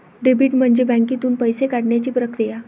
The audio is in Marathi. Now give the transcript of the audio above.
डेबिट म्हणजे बँकेतून पैसे काढण्याची प्रक्रिया